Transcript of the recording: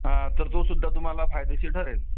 हा तर तोसुद्धा तुम्हाला फायदेशीर ठरेल